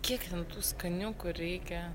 kiek ten tų skaniukų reikia